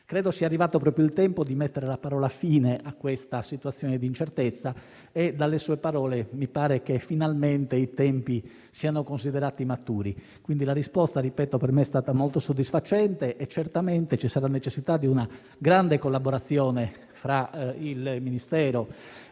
Credo sia arrivato ormai il tempo di mettere la parola fine alla situazione di incertezza e dalle sue parole mi pare che finalmente i tempi siano considerati maturi. La risposta - ripeto - per me è stata molto soddisfacente e certamente ci sarà necessità di una grande collaborazione fra il Ministero